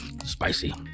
spicy